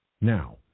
Now